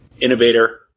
innovator